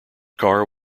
car